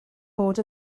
bod